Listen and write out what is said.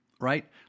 Right